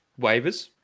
waivers